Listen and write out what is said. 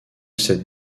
cette